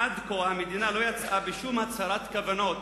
עד כה המדינה לא יצאה בשום הצהרת כוונות